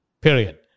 Period